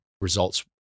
results